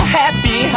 happy